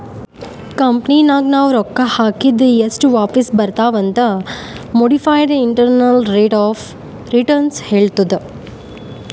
ಕಂಪನಿನಾಗ್ ನಾವ್ ರೊಕ್ಕಾ ಹಾಕಿದ್ ಎಸ್ಟ್ ವಾಪಿಸ್ ಬರ್ತಾವ್ ಅಂತ್ modified internal rate of return ಹೇಳ್ತುದ್